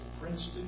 Princeton